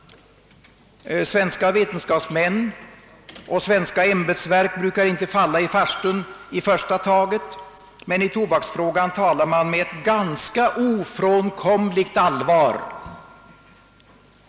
Svenska vetenskapsmän och svenska ämbetsverk brukar inte fall i farstun i första taget, men i tobaksfrågan talar man med ett ganska ofrånkomligt allvar.